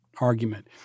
argument